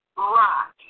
Rock